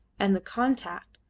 and the contact,